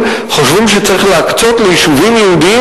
חושבים שצריך להקצות ליישובים יהודיים